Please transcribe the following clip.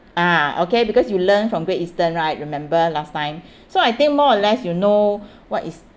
ah okay because you learn from great eastern right remember last time so I think more or less you know what is